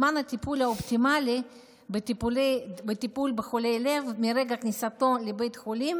זמן הטיפול האופטימלי לטיפול בחולה לב מרגע כניסתו לבית החולים